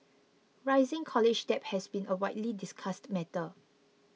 rising college debt has been a widely discussed matter